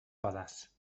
pedaç